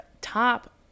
top